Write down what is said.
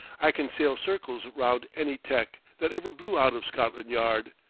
i can sail circles round any tec. that ever blew out of scotland yard!